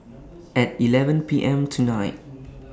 At eleven P M tonight